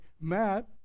Matt